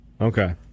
Okay